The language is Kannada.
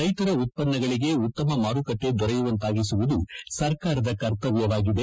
ರೈತರ ಉತ್ತನ್ನಗಳಿಗೆ ಉತ್ತಮ ಮಾರುಕಟ್ಲೆ ದೊರೆಯುವಂತಾಗಿಸುವುದು ಸರ್ಕಾರದ ಕರ್ತವ್ನವಾಗಿದೆ